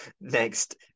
Next